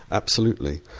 absolutely,